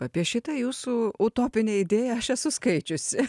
apie šitą jūsų utopinę idėją aš esu skaičiusi